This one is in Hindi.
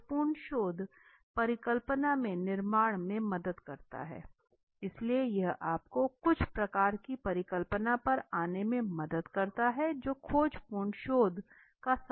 खोजपूर्ण शोध परिकल्पना के निर्माण में मदद करता है इसलिए यह आपको कुछ प्रकार की परिकल्पना पर आने में मदद करता है जो खोजपूर्ण शोध का सबसे बड़ा लाभ है